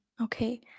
okay